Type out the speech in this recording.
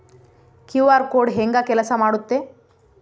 QR code ಹೆಂಗ ಕೆಲಸ ಮಾಡುತ್ತೆ?